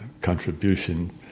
contribution